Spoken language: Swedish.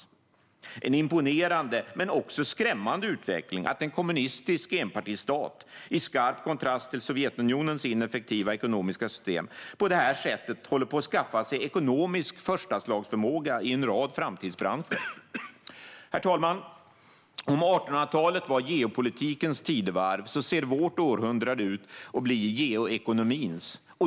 Det är en imponerande men också skrämmande utveckling att en kommunistisk enpartistat - i skarp kontrast till Sovjetunionens ineffektiva ekonomiska system - på det här sättet håller på att skaffa sig ekonomisk förstaslagsförmåga i en rad framtidsbranscher. Herr talman! Om 1800-talet var geopolitikens tidevarv ser vårt århundrade ut att bli geoekonomins.